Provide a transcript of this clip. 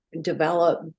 develop